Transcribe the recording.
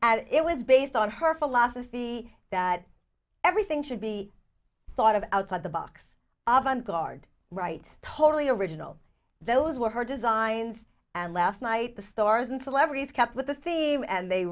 and it was based on her philosophy that everything should be thought of outside the box of on guard right totally original those were her designs and last night the stars and celebrities kept with the theme and they